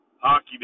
Hockey